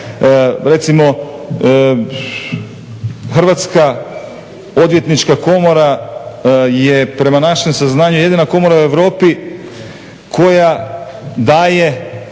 Recimo Hrvatska odvjetnička komora je prema našem saznanju jedina komora u Europi koja daje